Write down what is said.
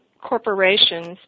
corporations